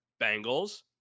Bengals